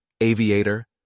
Aviator